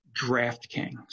DraftKings